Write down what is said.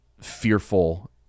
fearful